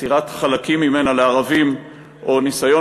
מסירת חלקים ממנה לערבים או ניסיון